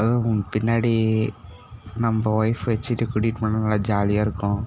அதுவும் பின்னாடி நம்ம ஒய்ஃப் வச்சுட்டு கூட்டிகிட்டுப் போனால் நல்லா ஜாலியாக இருக்கும்